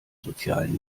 sozialen